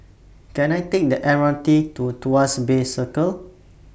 Can I Take The M R T to Tuas Bay Circle